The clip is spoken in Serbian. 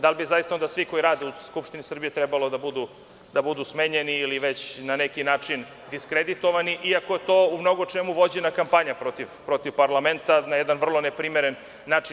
Da li bi zaista svi koji rade u Skupštini Srbije trebali da budu smenjeni ili već na neki način diskreditovani iako je to u mnogo čemu vođena kampanja protiv parlamenta na jedna vrlo neprimeren način.